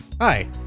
hi